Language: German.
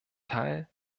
teil